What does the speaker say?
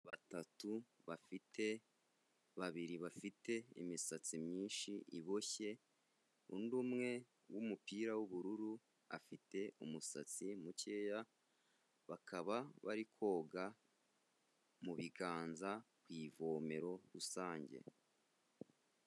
Abana batatu bafite babiri bafite imisatsi myinshi iboshye undi umwe w'umupira w'ubururu afite umusatsi mukeya bakaba bari koga mubiganza ku ivomero rusange.